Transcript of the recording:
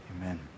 Amen